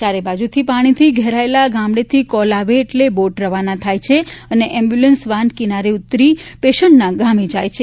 ચારે બાજુ પાણીથી ઘેરાયેલા ગામડેથી કોલ આવે એટલે બોટ રવાના થાય છે અને એમ્બ્યુલન્સ વાન કિનારે ઉતરી પેશન્ટના ગામે જાય છે